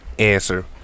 Answer